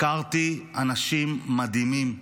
הכרתי אנשים מדהימים.